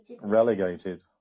relegated